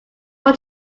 want